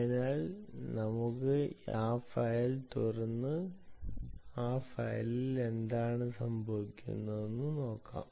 അതിനാൽ നമുക്ക് ആ ഫയൽ തുറന്ന് ആ ഫയലിൽ എന്താണ് സംഭവിക്കുന്നതെന്ന് നോക്കാം